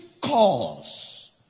cause